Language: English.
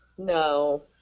No